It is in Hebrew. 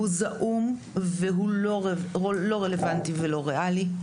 הוא זעום ולא רלבנטי ולא ריאלי.